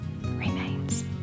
remains